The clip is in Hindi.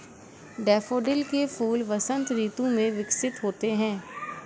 डैफोडिल के फूल वसंत ऋतु में विकसित होते हैं